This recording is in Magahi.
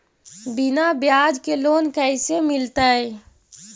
बिना ब्याज के लोन कैसे मिलतै?